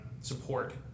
support